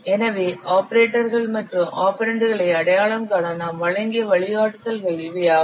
எனவே ஆபரேட்டர்கள் மற்றும் ஆபரெண்டுகளை அடையாளம் காண நாம் வழங்கிய வழிகாட்டுதல்கள் இவை ஆகும்